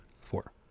four